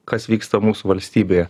kas vyksta mūsų valstybėje